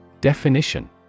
Definition